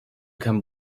come